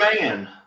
man